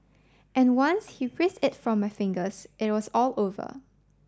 and once he prised it from my fingers it was all over